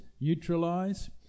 neutralize